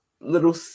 little